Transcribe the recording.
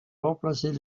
remplacer